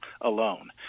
alone